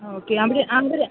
okay അവർ അവർ